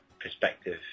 perspective